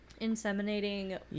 inseminating